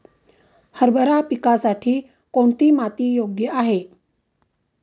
हरभरा पिकासाठी कोणती माती योग्य आहे?